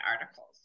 articles